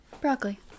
Broccoli